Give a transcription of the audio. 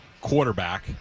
quarterback